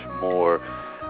more